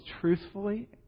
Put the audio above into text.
truthfully